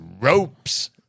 ropes